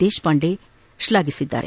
ದೇಶಪಾಂಡೆ ಶ್ಲಾಘಿಸಿದ್ದಾರೆ